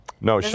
No